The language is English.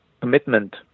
Commitment